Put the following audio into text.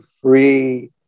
free